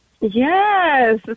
yes